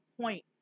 point